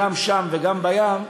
גם שם וגם בים,